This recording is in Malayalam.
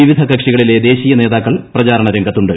വിവിധ കക്ഷികളിലെ ദേശീയ നേതാക്കൾ പ്രചാരണ രംഗത്തുണ്ട്